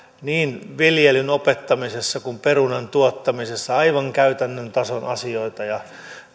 niin viljelyn opettamisessa kuin perunan tuottamisessa aivan käytännön tason asioita